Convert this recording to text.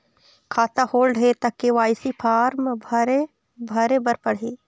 खाता होल्ड हे ता के.वाई.सी फार्म भरे भरे बर पड़ही?